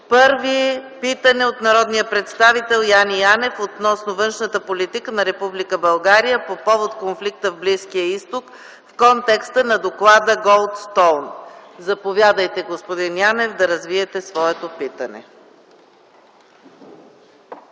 Питане от народния представител Яне Янев относно външната политика на Република България по повод конфликта в Близкия Изток в контекста на доклада „Голдстоун”. Заповядайте, господин Янев, да развиете своето питане.